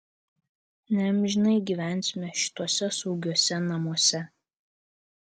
neamžinai gyvensime šituose saugiuose namuose